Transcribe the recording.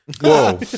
Whoa